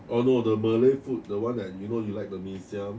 oh no the malay food the one that you know you like the mee siam